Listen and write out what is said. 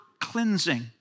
cleansing